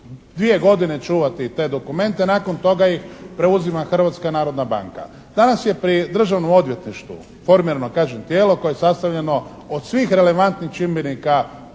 dvije godine čuvati te dokumente. Nakon toga ih preuzima Hrvatska narodna banka. Danas je pri Državnom odvjetništvu formirano kažem tijelo koje je sastavljeno od svih relevantnih čimbenika